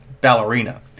ballerina